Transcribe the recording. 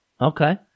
Okay